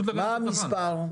המספר?